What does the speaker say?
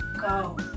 go